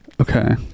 okay